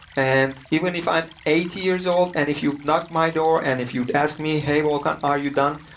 and even if i'm eighty years old and if you'd knock my door and if you'd ask me, hey, volkan. are you done?